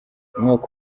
umwaka